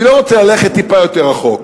אני לא רוצה ללכת טיפה יותר רחוק,